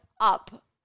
up